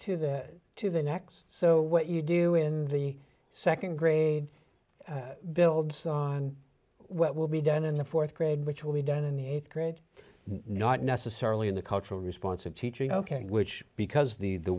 to that to the next so what you do in the nd grade builds on what will be done in the th grade which will be done in the th grade not necessarily in the cultural response of teaching ok which because the the